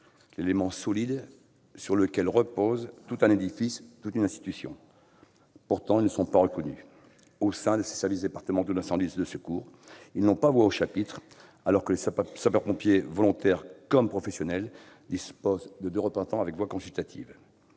l'élément solide sur lequel repose tout un édifice, toute une institution. Pourtant, ils ne sont pas reconnus. Au sein des services départements d'incendie et de secours, ils n'ont pas voix au chapitre, alors que les sapeurs-pompiers, volontaires comme professionnels, disposent de deux représentants, avec voix consultative.